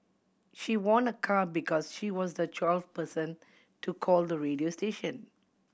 she won a car because she was the twelfth person to call the radio station